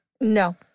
No